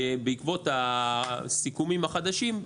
בעקבות הסיכומים החדשים,